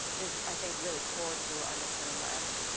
is, i think, really core to our mission in labs.